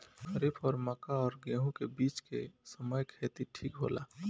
खरीफ और मक्का और गेंहू के बीच के समय खेती ठीक होला?